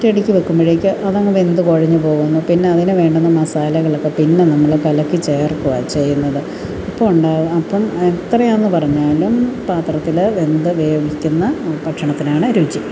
ഒറ്റയടിക്ക് വെക്കുമ്പോഴേക്ക് അത് അങ്ങ് വെന്ത് കുഴഞ്ഞ് പോകുന്നു പിന്നെ അതിന് വേണ്ടുന്ന മസാലകളൊക്കെ പിന്നെ നമ്മൾ കലക്കി ചേർക്കുകയാണ് ചെയ്യുന്നത് ഇപ്പോഴുണ്ടോ അപ്പം എത്രയാണ് പറഞ്ഞാലും പാത്രത്തിൽ വെന്ത് വേവിക്കുന്ന ഭക്ഷണത്തിനാണ് രുചി